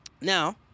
Now